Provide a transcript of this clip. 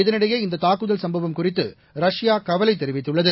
இதனிடையே இந்த தாக்குதல் சம்பவம் குறித்து ரஷ்யா கவலை தெரிவித்துள்ளது